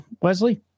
Wesley